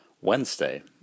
Wednesday